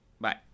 Bye